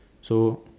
so